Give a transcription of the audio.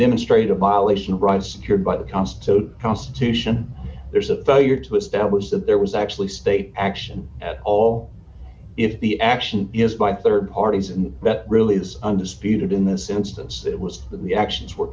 demonstrate a violation of rights cured by the constitute constitution there's a failure to establish that there was actually state action at all if the action is by rd parties and that really is undisputed in this instance it was that the actions were